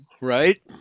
right